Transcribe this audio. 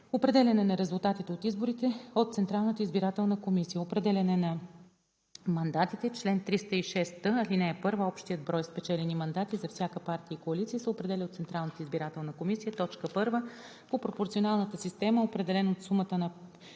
Определяне на резултатите от изборите от Централната избирателна комисия Определяне на мандатите Чл. 306т. (1) Общият брой спечелени мандати за всяка партия и коалиция се определя от Централната избирателна комисия: 1. по пропорционалната система, определен от сумата на